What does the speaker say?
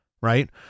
right